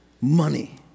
money